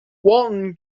walton